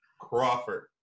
Crawford